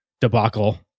debacle